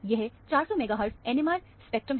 यह 400 megahertz NMR spectrum है